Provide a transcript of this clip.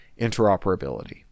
interoperability